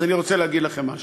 אז אני רוצה להגיד לכם משהו.